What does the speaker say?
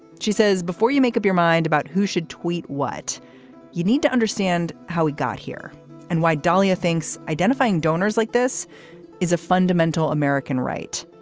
she says before you make up your mind about who should tweet what you need to understand how we got here and why dalia thinks identifying donors like this is a fundamental american right.